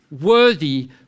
Worthy